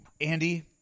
Andy